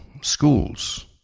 schools